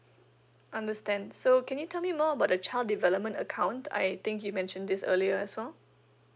understand so can you tell me more about the child development account I think you mentioned this earlier as well